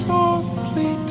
Softly